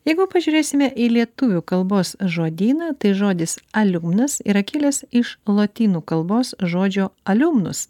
jeigu pažiūrėsime į lietuvių kalbos žodyną tai žodis aliumnas yra kilęs iš lotynų kalbos žodžio aliumnus